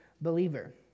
believer